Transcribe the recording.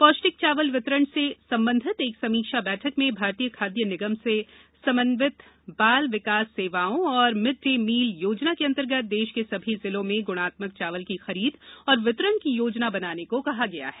पौष्टिक चावल वितरण से संबंधित एक समीक्षा बैठक में भारतीय खाद्य निगम से समन्वित बाल विकास सेवाओं और मिड डे मील योजना के अन्तर्गत देश के सभी जिलों में गुणात्मक चावल की खरीद और वितरण की योजना बनाने को कहा गया है